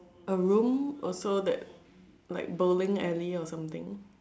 a room also that like bowling alley or something